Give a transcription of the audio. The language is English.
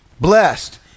Blessed